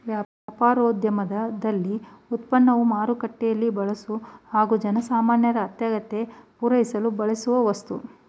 ವ್ಯಾಪಾರೋದ್ಯಮದಲ್ಲಿ ಉತ್ಪನ್ನವು ಮಾರುಕಟ್ಟೆಲೀ ಬಳಸೊ ಹಾಗು ಜನಸಾಮಾನ್ಯರ ಅಗತ್ಯತೆ ಪೂರೈಸಲು ಬಳಸೋವಸ್ತು